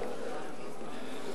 "ממשלה פירומנית".